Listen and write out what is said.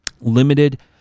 limited